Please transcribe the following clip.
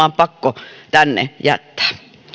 on pakko tänne jättää